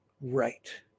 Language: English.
Right